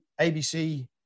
ABC